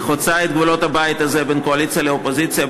היא חוצה את גבולות הבית הזה בין קואליציה לאופוזיציה,